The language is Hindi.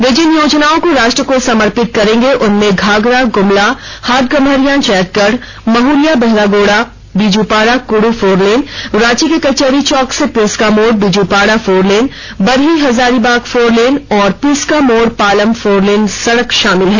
वे जिन योजनाओं को राष्ट्र को समर्पित करेंगे उनमें घाघरा गुमला हाटगम्हरिया जैंतगढ़ महलिया बहरागोड़ा बीजुपाड़ा कड़ फोरलेन रांची के कचहरी चौक से पिस्का मोड़ बिजुपाड़ा फोरलेन बरही हजारीबाग फोरलेन और पिस्का मोड़ पालम फोरलेन सड़क शामिल है